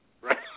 Right